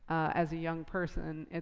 as a young person,